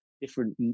different